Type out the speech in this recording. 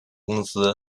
公司